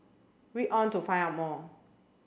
read on to find out more